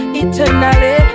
eternally